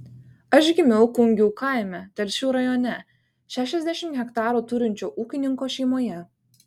aš gimiau kungių kaime telšių rajone šešiasdešimt hektarų turinčio ūkininko šeimoje